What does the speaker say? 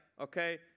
okay